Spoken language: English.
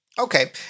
Okay